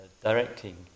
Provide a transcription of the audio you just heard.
directing